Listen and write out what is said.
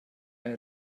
eine